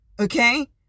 Okay